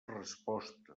resposta